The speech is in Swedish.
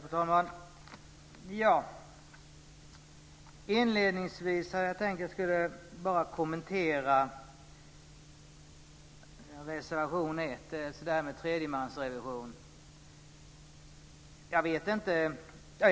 Fru talman! Inledningsvis har jag tänkt att kommentera reservation 1 om tredjemansrevision. Jag är